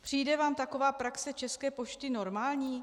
Přijde vám taková praxe České pošty normální?